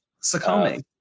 sakami